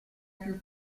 più